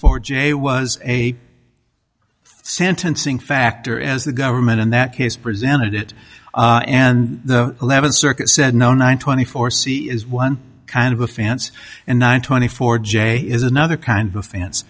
four j was a sentencing factor as the government in that case presented it and the eleventh circuit said no nine twenty four c is one kind of offense and nine twenty four j is another kind of fans